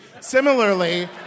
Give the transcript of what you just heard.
Similarly